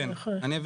כן.